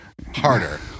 harder